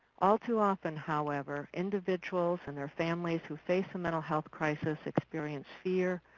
all too often however, individuals and their families who face mental health crisis experience fear,